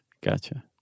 Gotcha